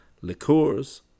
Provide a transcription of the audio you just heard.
liqueurs